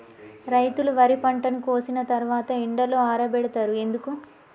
రైతులు వరి పంటను కోసిన తర్వాత ఎండలో ఆరబెడుతరు ఎందుకు?